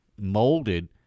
molded